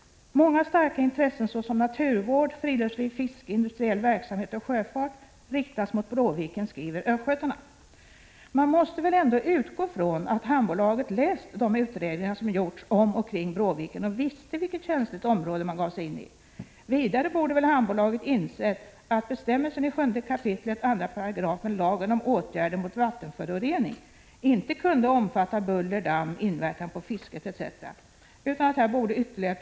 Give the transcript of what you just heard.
”Många starka intressen såsom naturvård, friluftsliv, fiske, industriell verksamhet och sjöfart riktas mot Bråviken”, skriver östgötarna. Man måste väl ändå utgå från att hamnbolaget läst de utredningar som gjorts, om och kring Bråviken och visste vilket känsligt område man gav sig in i. Vidare borde väl hamnbolaget ha insett att bestämmelsen i 7 kap. 2 § lagen om åtgärder mot vattenförorening inte kunde innefatta buller, damm, inverkan på fisket etc., utan att ytterligare prövning här kunde förutses. Det Prot.